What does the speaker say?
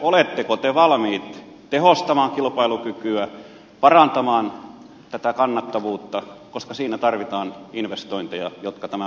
oletteko te valmiit tehostamaan kilpailukykyä parantamaan tätä kannattavuutta koska siinä tarvitaan investointeja jotka tämän mahdollistavat